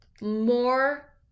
more